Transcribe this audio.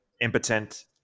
impotent